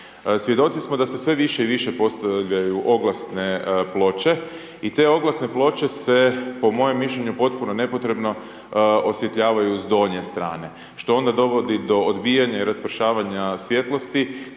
Svjedoci smo da se sve više i više postavljaju oglasne ploče i te oglasne ploče se po mojem mišljenju potpuno nepotrebno osvjetljavaju s donje strane što onda dovodi do odbijanja i raspršavanja svjetlosti